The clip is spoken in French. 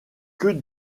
que